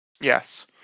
yes